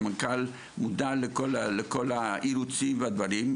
והמנכ"ל מודע לכל האילוצים והדברים,